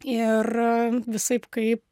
ir visaip kaip